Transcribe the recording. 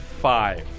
Five